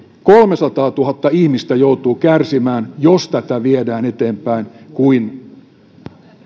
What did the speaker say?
kolmesataatuhatta ihmistä joutuu kärsimään jos tätä viedään eteenpäin kuin